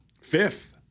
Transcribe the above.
Fifth